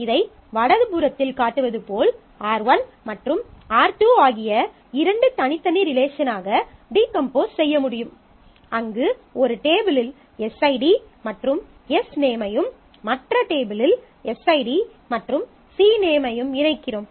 இதை வலதுபுறத்தில் காட்டுவது போல் R1 மற்றும் R2 ஆகிய இரண்டு தனித்தனி ரிலேஷனாக டீகம்போஸ் செய்ய முடியும் அங்கு ஒரு டேபிளில் எஸ்ஐடி மற்றும் எஸ்நேம் ஐயும் மற்ற டேபிளில் எஸ்ஐடி மற்றும் சிநேம் ஐயும் இணைக்கிறோம்